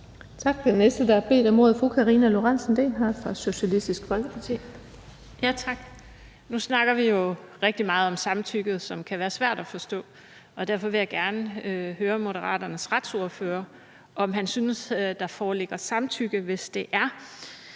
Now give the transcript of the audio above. Den næste, der har bedt om ordet, er fru Karina Lorentzen Dehnhardt fra Socialistisk Folkeparti. Kl. 17:13 Karina Lorentzen Dehnhardt (SF): Tak. Nu snakker vi jo rigtig meget om samtykket, som kan være svært at forstå, og derfor vil jeg gerne høre Moderaternes retsordfører, om han synes, der foreligger samtykke, hvis